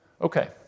Okay